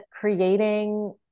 creating